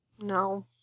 No